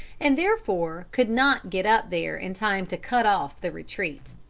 and therefore could not get up there in time to cut off the retreat.